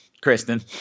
Kristen